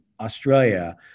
Australia